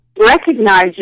recognize